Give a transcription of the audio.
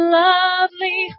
lovely